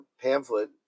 pamphlet